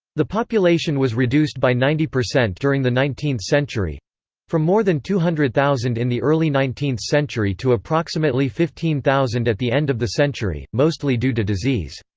the population was reduced by ninety percent during the nineteenth century from more than two hundred thousand in the early nineteenth century to approximately fifteen thousand at the end of the century, mostly due to disease.